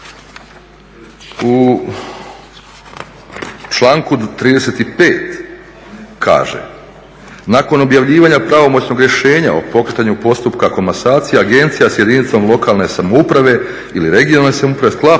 u članku 35. kaže nakon objavljivanja pravomoćnog rješenja o pokretanju postupka komasacije agencija s jedinicom lokalne samouprave ili regionalne samouprave sklapa